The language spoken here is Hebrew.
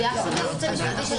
המשפטית.